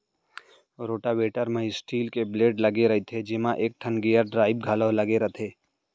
rotavator म steel के blade लगे रइथे जेमा एकठन गेयर ड्राइव घलौ लगे रथे